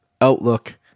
outlook